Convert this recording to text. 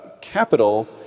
capital